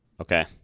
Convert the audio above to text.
Okay